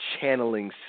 channeling